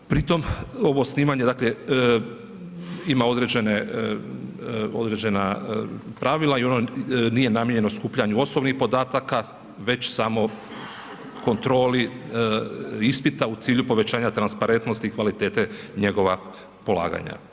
Pri tom ovo snimanje dakle ima određene, određena pravila i ono nije namijenjeno skupljanju osobnih podataka već samo kontroli ispita u cilju povećanja transparentnosti i kvalitete njegova polaganja.